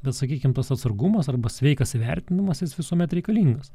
bet sakykim pats atsargumas arba sveikas įvertinamas jis visuomet reikalingas